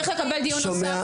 אתה צריך לקבל דיון נוסף,